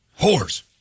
Whores